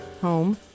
home